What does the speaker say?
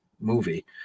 movie